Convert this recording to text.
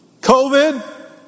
COVID